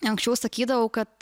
anksčiau sakydavau kad